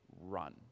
run